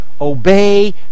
obey